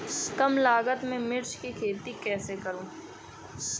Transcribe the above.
कम लागत में मिर्च की खेती कैसे करूँ?